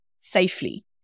safely